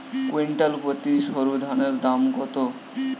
Quintal প্রতি সরুধানের দাম কত?